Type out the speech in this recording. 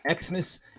Xmas